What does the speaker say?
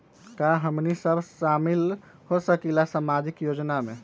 का हमनी साब शामिल होसकीला सामाजिक योजना मे?